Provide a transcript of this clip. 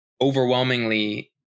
overwhelmingly